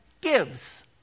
gives